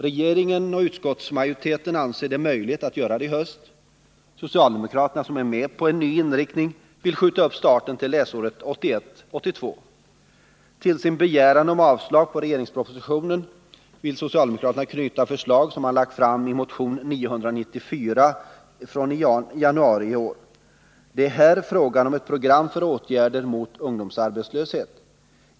Regeringen och utskottsmajoriteten anser det möjligt att göra det i höst. Socialdemokraterna, som är med på en ny inriktning, vill skjuta upp starten till läsåret 1981/82. Till sin begäran om avslag på regeringspropositionen vill socialdemokraterna knyta förslag som de har lagt fram i motion 994 från januari i år. Det är här fråga om ett program för åtgärder mot ungdomsarbetslöshet.